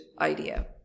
idea